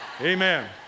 Amen